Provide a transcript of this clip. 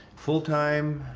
full time.